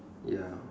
ya